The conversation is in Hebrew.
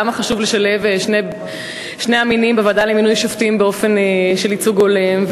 למה חשוב לשלב את שני המינים בוועדה למינוי שופטים באופן של ייצוג הולם.